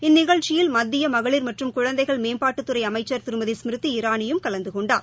இந்நிகழ்ச்சியில் மத்திய மகளிர் மற்றும் குழந்தைகள் மேம்பாட்டுத்துறை அமைச்சர் திருமதி ஸ்மிருதி இரானியும் கலந்து கொண்டார்